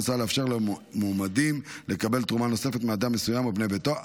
מוצע לאפשר למועמדים לקבל תרומה נוספת מאדם מסוים או בני ביתו,